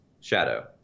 Shadow